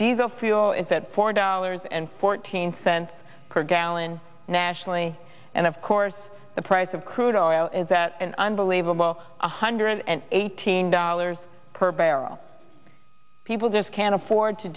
diesel fuel is that four dollars and fourteen cents per gallon nationally and of course the price of crude oil is at an unbelievable one hundred and eighteen dollars per barrel people just can't afford to